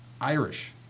Irish